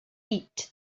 eat